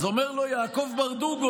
אז אומר לו יעקב ברדוגו: